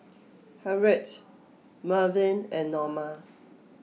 Harriette Malvin and Norma